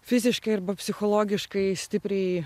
fiziškai arba psichologiškai stipriai